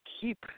keep